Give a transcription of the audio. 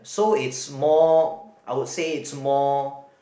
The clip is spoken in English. so it's more I would say it's more